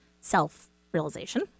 self-realization